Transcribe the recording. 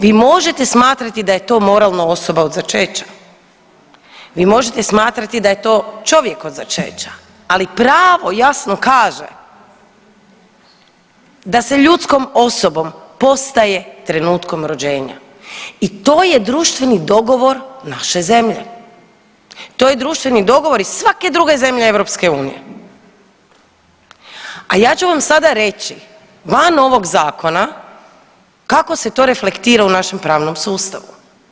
Vi možete smatrati da je to moralna osoba od začeća, vi možete smatrati da je to čovjek od začeća, ali pravo jasno kaže da se ljudskom osobom postaje trenutkom rođenja i to je društveni dogovor naše zemlje, to je društveni dogovor i svake druge zemlje EU, a ja ću vam sada reći van ovog zakona kako se to reflektira u našem pravnom sustavu.